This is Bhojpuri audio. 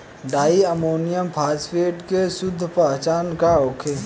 डाई अमोनियम फास्फेट के शुद्ध पहचान का होखे?